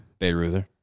Bayreuther